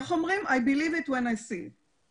I believe it when I see it.